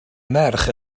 merch